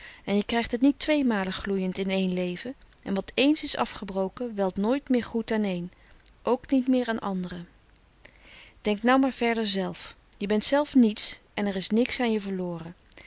en je krijgt het niet tweemalen gloeyend in één leven en wat ééns is afgebroken welt nooit weer goed aaneen ook niet meer aan anderen denk nou maar verder zelf je bent zelf niets en er is niks aan je verloren